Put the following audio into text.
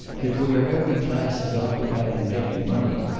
that where every class is occupied in getting money,